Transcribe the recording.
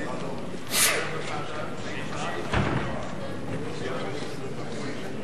של קבוצת סיעת חד"ש,